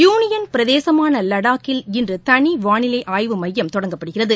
union பிரதேசமான லடாக்கில் இன்று தளி வானிலை ஆய்வு மையம் தொடங்கப்படுகிறது